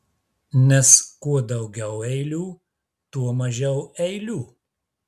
nes kuo daugiau eilių tuo mažiau eilių